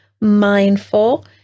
mindful